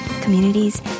communities